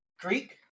Greek